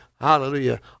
Hallelujah